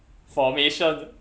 formation